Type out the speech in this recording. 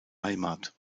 heimat